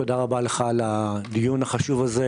תודה רבה לך על הדיון החשוב הזה,